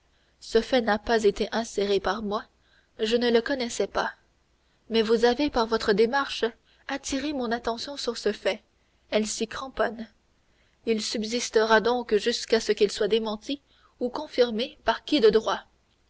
ce fait n'a pas été inséré par moi je ne le connaissais pas mais vous avez par votre démarche attiré mon attention sur ce fait elle s'y cramponne il subsistera donc jusqu'à ce qu'il soit démenti ou confirmé par qui de droit